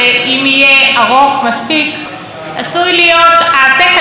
עשוי להיות העתק-הדבק של המושבים הקודמים.